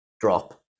drop